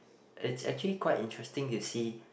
it's actually quite interesting to see